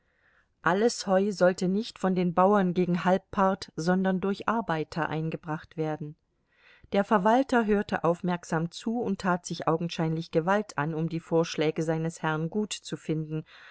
alles heu sollte nicht von den bauern gegen halbpart sondern durch arbeiter eingebracht werden der verwalter hörte aufmerksam zu und tat sich augenscheinlich gewalt an um die vorschläge seines herrn gut zu finden